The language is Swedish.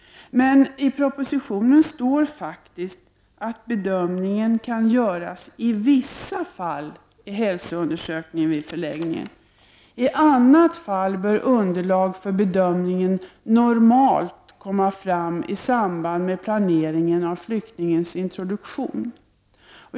Men i propositionen står faktiskt att bedömningen kan göras i vissa fall i hälsoundersökningen vid förläggningen. I annat fall bör underlag för bedömning normalt komma fram i samband med planering av flyktingens introduktion.